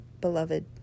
beloved